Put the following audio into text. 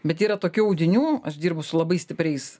bet yra tokių audinių aš dirbu su labai stipriais